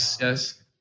Yes